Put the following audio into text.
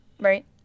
right